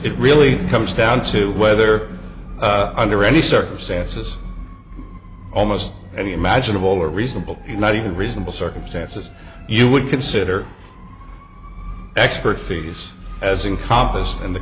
it really comes down to whether under any circumstances almost any imaginable or reasonable not even reasonable circumstances you would consider expert fees as in